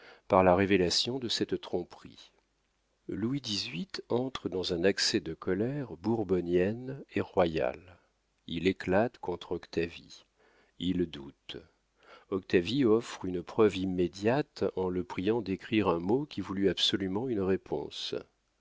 par la révélation de cette tromperie louis xviii entre dans un accès de colère bourbonnienne et royale il éclate contre octavie il doute octavie offre une preuve immédiate en le priant d'écrire un mot qui voulût absolument une réponse